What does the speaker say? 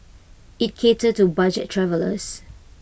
IT catered to budget travellers